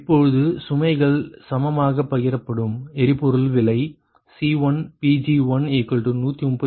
இப்பொழுது சுமைகள் சமமாக பகிரப்படும் எரிபொருள் விலை C1Pg1133